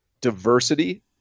diversity